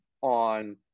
on